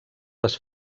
les